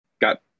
got